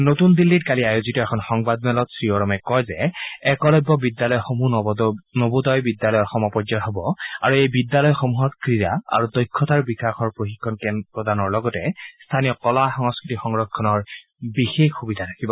নতুন দিল্লী কালি আয়োজিত এখন সংবাদ মেলত শ্ৰীঅৰামে কয় যে একলব্য বিদ্যালয়সমূহ নবোদয় বিদ্যালয়ৰ সমপৰ্যায়ৰ হব আৰু এই বিদ্যালয়সমূহত ক্ৰীড়া আৰু দক্ষতা বিকাশৰ প্ৰশিক্ষণ প্ৰদানৰ লগতে স্থানীয় কলা সংস্কৃতি সংৰক্ষণৰ বিশেষ সুবিধা থাকিব